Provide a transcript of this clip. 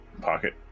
pocket